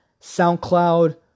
SoundCloud